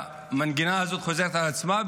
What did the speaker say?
והמנגינה הזאת חוזרת על עצמה,